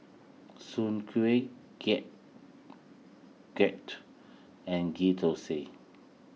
Soon Kuih Getuk Getuk and Ghee Thosai